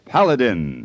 Paladin